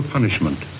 punishment